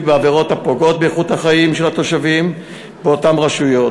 בעבירות הפוגעות באיכות החיים של התושבים באותן רשויות.